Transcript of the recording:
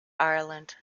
ireland